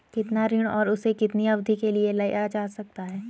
कितना ऋण और उसे कितनी अवधि के लिए लिया जा सकता है?